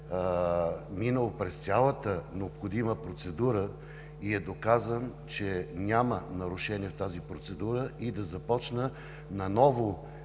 минал през цялата необходима процедура и е доказан, че няма нарушения в тази процедура и да започна наново